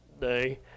day